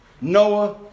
Noah